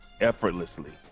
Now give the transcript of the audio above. effortlessly